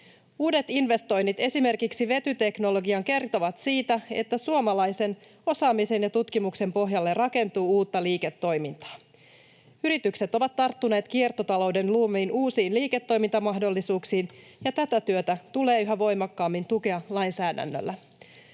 Uudet investoinnit esimerkiksi vetyteknologiaan kertovat siitä, että suomalaisen osaamisen ja tutkimuksen pohjalle rakentuu uutta liiketoimintaa. Yritykset ovat tarttuneet kiertotalouden luomiin uusiin liiketoimintamahdollisuuksiin, ja tätä työtä tulee yhä voimakkaammin tukea lainsäädännöllä.